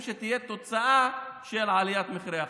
שתהיה התוצאה של עליית מחירי החשמל.